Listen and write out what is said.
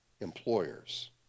employers